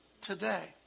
today